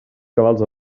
cabals